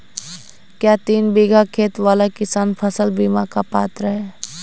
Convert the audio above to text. क्या तीन बीघा खेत वाला किसान फसल बीमा का पात्र हैं?